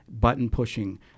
button-pushing